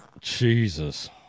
Jesus